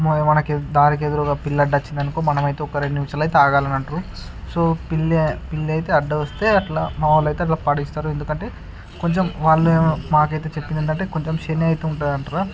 మన మనకి దారి ఎదురుగా పిల్లి అడ్డు వచ్చిందనుకో మనమైతే ఒక రెండు నిమిషాలు అయితే ఆగాలి అంటారు సో పిల్లి పిల్లి అయితే అడ్డు వస్తే అట్ల మామూలు అయితే అట్ల పాటిస్తారు ఎందుకంటే కొంచెం వాళ్ళు మాకయితే చెప్పింది ఏంటంటే శని అయితే ఉంటుంది అంటారు